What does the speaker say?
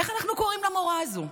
איך אנחנו קוראים למורה הזו?